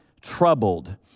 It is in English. troubled